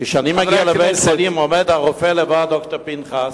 כשאני מגיע לבית-חולים, עומד הרופא לבד, ד"ר פנחס,